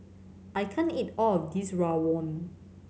I can't eat all of this rawon